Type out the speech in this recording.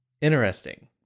Interesting